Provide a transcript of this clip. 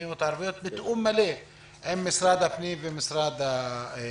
המקומיות הערביות בתיאום מלא עם משרד הפנים ומשרד הבריאות.